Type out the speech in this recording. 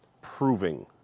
proving